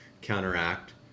counteract